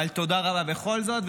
אבל תודה רבה בכל זאת.